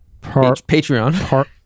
Patreon